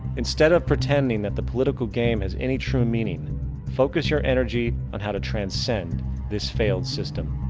instead of pretending that the political game has any true meaning focus your energy on how to transcend this failed system.